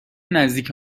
نزدیک